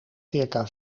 circa